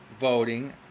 voting